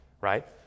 right